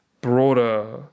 broader